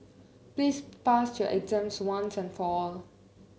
please pass your exams once and for all